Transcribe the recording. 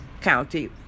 County